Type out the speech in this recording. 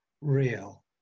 real